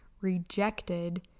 rejected